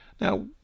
Now